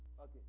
okay